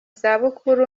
zabukuru